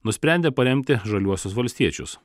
nusprendė paremti žaliuosius valstiečius